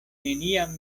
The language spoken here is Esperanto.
neniam